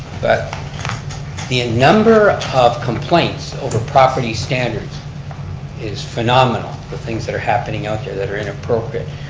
but the number of complaints over property standards is phenomenal, the things that are happening out there that are inappropriate.